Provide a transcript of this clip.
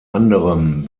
anderem